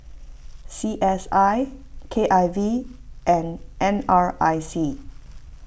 C S I K I V and N R I C